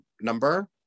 number